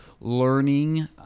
learning